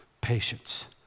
patience